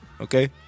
Okay